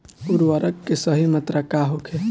उर्वरक के सही मात्रा का होखे?